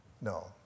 No